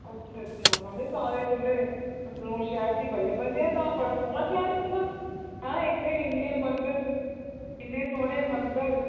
अच्छा अच्छा मैडम जी तां ते तुसें अखनूर शैह्र दी बल्लै बल्लै तां बड़ा सोह्ना शैह्र ऐ तुं'दा इत्थै इन्ने मंदर इन्ने सोह्ने मंदर